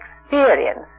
experience